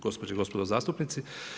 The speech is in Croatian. Gospođe i gospodo zastupnici.